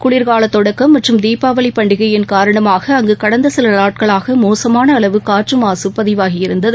குளிர்கால தொடக்கம் மற்றம் தீபாவளி பண்டிகையின் காரணமாக அங்கு கடந்த சில நாட்களாக மோசமான அளவு காற்று மாசு பதிவாகி இருந்தது